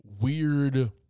weird